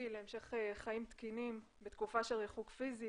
להמשך חיים תקינים בתקופה של ריחוק פיזי